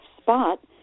spot